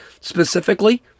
specifically